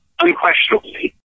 unquestionably